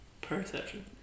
Perception